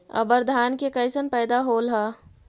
अबर धान के कैसन पैदा होल हा?